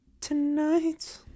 Tonight